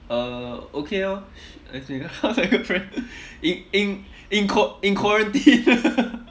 uh okay orh as in how's my girlfriend in in in qua~ in quarantine